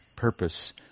purpose